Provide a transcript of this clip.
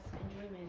enjoyment